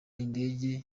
indege